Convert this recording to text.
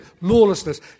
lawlessness